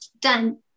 done